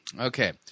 Okay